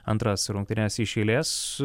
antras rungtynes iš eilės